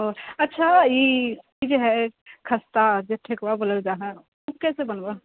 ओ अच्छा ई जे हय ख़स्ता जे ठेकुआ बोलल जाइ है ओ कैसे बनब